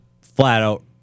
flat-out